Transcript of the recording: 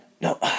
No